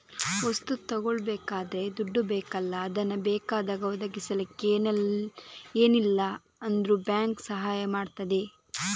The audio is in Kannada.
ವಸ್ತು ತಗೊಳ್ಬೇಕಾದ್ರೆ ದುಡ್ಡು ಬೇಕಲ್ಲ ಅದನ್ನ ಬೇಕಾದಾಗ ಒದಗಿಸಲಿಕ್ಕೆ ಏನಿಲ್ಲ ಅಂದ್ರೂ ಬ್ಯಾಂಕು ಸಹಾಯ ಮಾಡ್ತದೆ